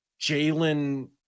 Jalen